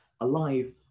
alive